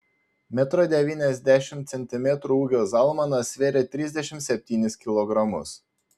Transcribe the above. metro devyniasdešimt centimetrų ūgio zalmanas svėrė trisdešimt septynis kilogramus